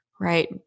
right